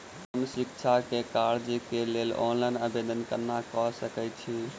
हम शिक्षा केँ कर्जा केँ लेल ऑनलाइन आवेदन केना करऽ सकल छीयै?